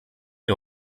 wir